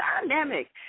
dynamic